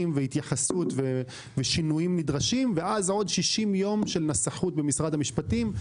והתייחסות ושינויים נדרשים ואז עוד 60 יום של נסחות במשרד המשפטים.